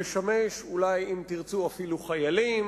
לשמש אולי, אם תרצו, אפילו חיילים.